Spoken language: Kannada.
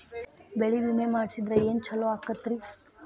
ಬೆಳಿ ವಿಮೆ ಮಾಡಿಸಿದ್ರ ಏನ್ ಛಲೋ ಆಕತ್ರಿ?